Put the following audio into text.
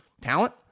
talent